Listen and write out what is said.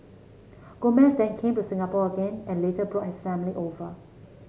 Gomez then came to Singapore again and later brought his family over